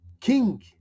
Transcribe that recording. king